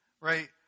Right